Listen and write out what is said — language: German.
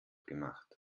gemacht